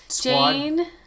jane